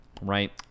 Right